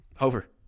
Over